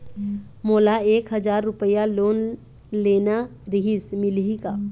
मोला एक हजार रुपया लोन लेना रीहिस, मिलही का?